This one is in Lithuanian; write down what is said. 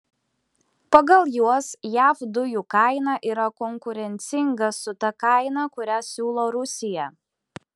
pagal juos jav dujų kaina yra konkurencinga su ta kaina kurią siūlo rusija